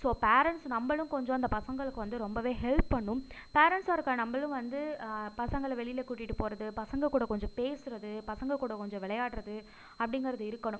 so parents நம்மளும் கொஞ்சம் அந்த பசங்களுக்கு வந்து ரொம்ப ஹெல்ப் பண்ணணும் பேரெண்ட்ஸாக இருக்க நம்மளும் வந்து பசங்களை வெளியில் கூட்டிட்டு போகிறது பசங்க கூட கொஞ்சம் பேசுகிறது பசங்க கூட கொஞ்சம் வெளையாடுறது அப்படிங்கிறது இருக்கணும்